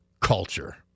Culture